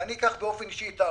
ואני אקח באופן אישי את האחריות.